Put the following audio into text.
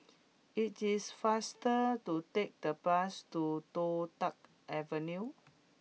it is faster to take the bus to Toh Tuck Avenue